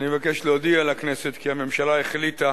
אני מבקש להודיע לכנסת כי הממשלה החליטה,